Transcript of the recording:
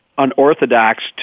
Unorthodox